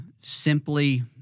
simply